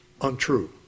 untrue